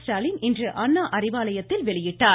ஸ்டாலின் இன்று அண்ணா அறிவாலயத்தில் வெளியிட்டார்